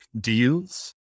deals